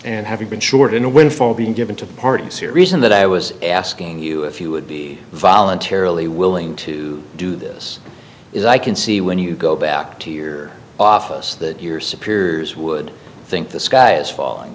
and having been short in a windfall being given to the parties here reason that i was asking you if you would be voluntarily willing to do this is i can see when you go back to you're office that your superiors would think the sky is falling